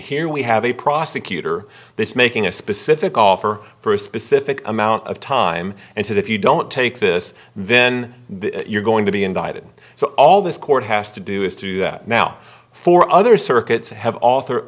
here we have a prosecutor this making a specific offer for a specific amount of time and says if you don't take this then you're going to be indicted so all this court has to do is to do that now for other circuits to have author